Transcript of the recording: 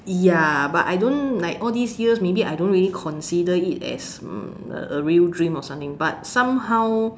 ya but I don't like all these years maybe I don't really consider it as mm a real dream or something but somehow